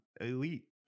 elite